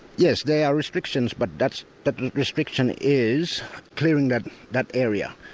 yes, there are restrictions, but that that restriction is clearing that that area,